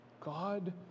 God